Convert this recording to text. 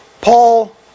Paul